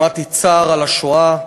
שמעתי צער על השואה.